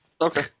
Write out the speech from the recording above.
Okay